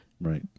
Right